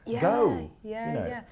Go